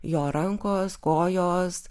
jo rankos kojos